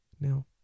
now